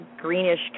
greenish